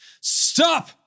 Stop